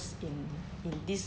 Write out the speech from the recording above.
in in this